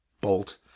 bolt